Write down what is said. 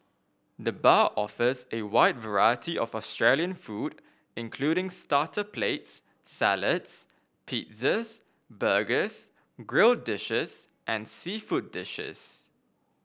the bar offers a wide variety of Australian food including starter plates salads pizzas burgers grill dishes and seafood dishes